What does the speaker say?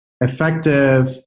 effective